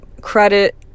credit